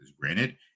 granted